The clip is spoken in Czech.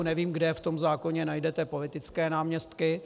Nevím, kde v tom zákoně najdete politické náměstky.